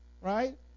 right